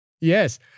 Yes